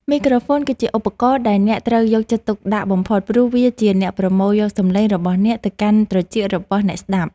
មីក្រូហ្វូនគឺជាឧបករណ៍ដែលអ្នកត្រូវយកចិត្តទុកដាក់បំផុតព្រោះវាជាអ្នកប្រមូលយកសំឡេងរបស់អ្នកទៅកាន់ត្រចៀករបស់អ្នកស្តាប់។